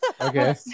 okay